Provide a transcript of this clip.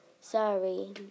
sorry